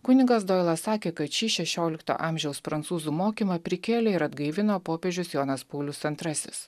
kunigas doilas sakė kad šį šešiolikto amžiaus prancūzų mokymą prikėlė ir atgaivino popiežius jonas paulius antrasis